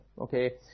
Okay